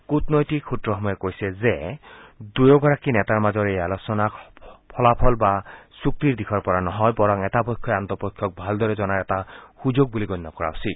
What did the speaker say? কুটনৈতিক সূত্ৰসমূহে কৈছে যে দুয়োগৰাকী নেতাৰ মাজৰ এই আলোচনাক ফলাফল বা চুক্তিৰ দিশৰপৰা নহয় বৰং এটা পক্ষই আনটো পক্ষক ভালদৰে জনাৰ এটা সূযোগ বুলি গণ্য কৰা উচিত